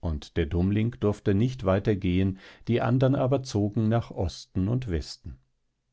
und der dummling durfte nicht weiter gehen die andern aber zogen nach osten und westen